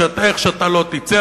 שאיך שאתה לא תצא,